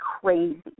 crazy